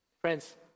Friends